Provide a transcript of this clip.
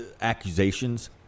accusations